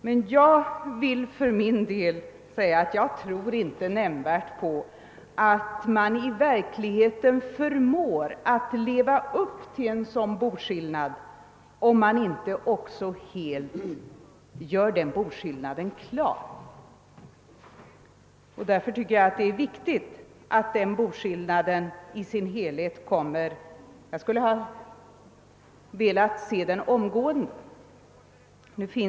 Men jag tror inte mycket på att man i verkligheten förmår leva upp till en sådan boskillnad, om man inte också helt gör den boskillnaden klar. Därför tycker jag att det är viktigt att man gör den boskillnaden i dess helhet — jag skulle ha velat se den omgående.